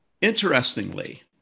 interestingly